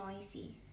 noisy